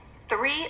three